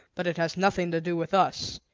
but it has nothing to do with us.